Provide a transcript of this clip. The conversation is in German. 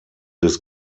des